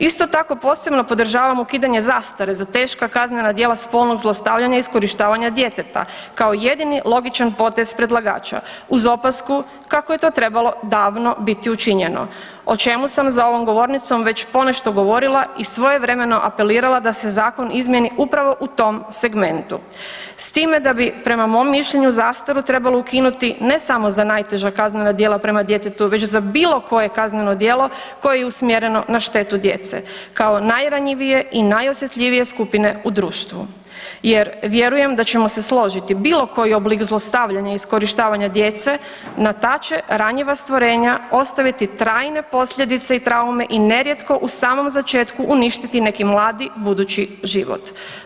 Isto tako posebno podržavam ukidanje zastare za teška kaznena djela spolnog zlostavljanja iskorištavanja djeteta kao jedini logičan potez predlagača uz opasku kako je to trebalo davno biti učinjeno, o čemu sam za ovom govornicom već ponešto govorila i svojevremeno apelirala da se zakon izmjeni upravo u tom segmentu s time da bi prema mom mišljenju zastaru trebalo ukinuti ne samo za najteža kaznena djela prema djetetu već za bilo koje kazneno djelo koje je usmjereno na štetu djece kao najranjivije i najosjetljivije skupine u društvu jer vjerujem da ćemo se složiti, bilo koji oblik zlostavljanja iskorištavanja djece na ta će ranjiva stvorenja ostaviti trajne posljedice i traume i nerijetko u samom začetku uništiti neki mladi budući život.